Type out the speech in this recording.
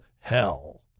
hell